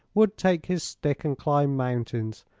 would take his stick and climb mountains,